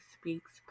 Speaks